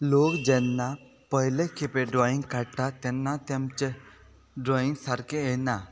लोक जेन्ना पयले खेपे ड्रॉइंग काडटात तेन्ना तेमचे ड्रॉइंग सारके येना